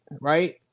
right